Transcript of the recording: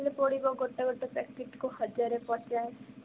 ହେଲେ ପଡ଼ିବ ଗୋଟେ ଗୋଟେ ପ୍ୟାକେଟକୁ ହଜାର ପଚାଶ